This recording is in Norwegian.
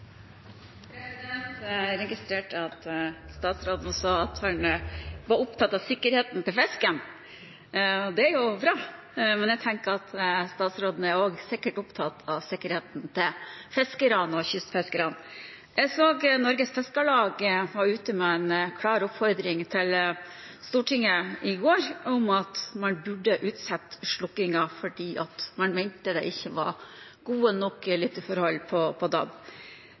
jo bra. Men jeg tenker at statsråden sikkert også er opptatt av sikkerheten til fiskerne og kystfiskerne. Jeg så Norges Fiskarlag var ute med en klar oppfordring til Stortinget i går om at man burde utsette slukkingen fordi man mente det ikke var gode nok lytteforhold på DAB. Tenker fiskeriministeren at det kunne være lurt å lytte til fiskerne i